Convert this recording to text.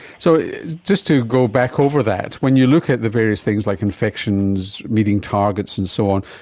so just to go back over that, when you look at the various things like infections, meeting targets and so on,